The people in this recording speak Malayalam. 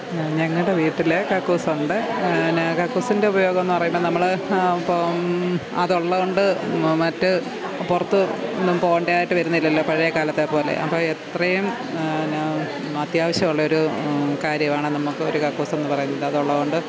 ഞങ്ങളുടെ വീട്ടിൽ കക്കൂസുണ്ട് പിന്നെ കക്കൂസിൻ്റെ ഉപയോഗമെന്ന് പറയുമ്പോൾ നമ്മൾ ഇപ്പോൾ അത് ഉള്ളതുകൊണ്ട് മറ്റ് പുറത്ത് ഒന്നും പോകേണ്ടെതായിട്ട് വരുന്നില്ലല്ലോ പഴയ കാലത്തെ പോലെ അപ്പം എത്രയും പിന്നെ അത്യാവശ്യം ഉള്ള ഒരു കാര്യമാണ് നമുക്ക് ഒരു കക്കൂസ് എന്ന് പറയുന്നത് അതുള്ളതുകൊണ്ട്